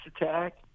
attack